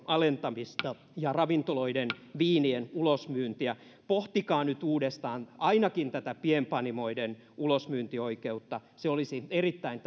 alentamista ja ravintoloiden viinien ulosmyyntiä pohtikaa nyt uudestaan ainakin tätä pienpanimoiden ulosmyyntioikeutta se olisi erittäin